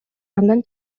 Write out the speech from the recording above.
андан